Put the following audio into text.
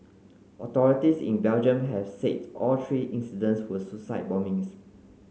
authorities in Belgium have said all three incidents were suicide bombings